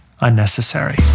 unnecessary